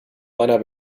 meiner